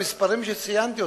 המספרים שציינתי,